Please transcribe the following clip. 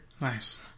nice